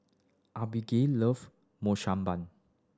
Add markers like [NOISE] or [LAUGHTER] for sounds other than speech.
Abigayle love [UNINTELLIGIBLE]